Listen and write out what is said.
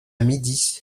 midi